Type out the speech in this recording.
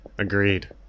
agreed